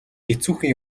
хэцүүхэн